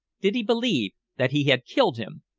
did he believe that he had killed him?